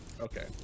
Okay